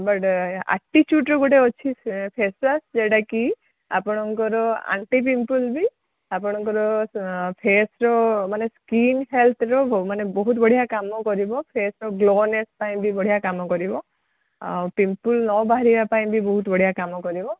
but ଆଟିଚୁଡ଼୍ର ଗୋଟେ ଅଛି ସେ ଫେସୱାସ୍ ଯେଉଁଟା କି ଆପଣଙ୍କର ଆଣ୍ଟି ପିମ୍ପଲ୍ ବି ଆପଣଙ୍କର ଫେସ୍ର ମାନେ ସ୍କିନ୍ ହେଲ୍ଥର ମାନେ ବହୁତ ବଢ଼ିଆ କାମ କରିବ ମାନେ ଫେସ୍ର ଗ୍ଲୋନେସ୍ ପାଇଁ ବି ବଢ଼ିଆ କାମ କରିବ ଆଉ ପିମ୍ପଲ୍ ନ ବାହାରିବା ପାଇଁ ବି ବହୁତ ବଢ଼ିଆ କାମ କରିବ